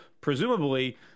presumably